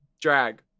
drag